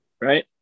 right